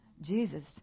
Jesus